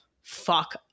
fuck